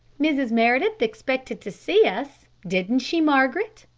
mrs. meredith expected to see us, didn't she, margaret?